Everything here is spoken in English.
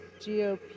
GOP